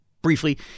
Briefly